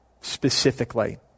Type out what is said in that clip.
specifically